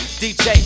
dj